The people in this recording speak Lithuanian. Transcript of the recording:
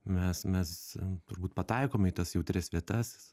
mes mes turbūt pataikome į tas jautrias vietas